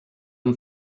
amb